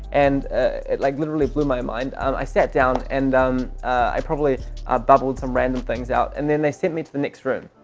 and it like literally blew my mind. i sat down and um probably ah babbled some random things out, and then they sent me to the next room.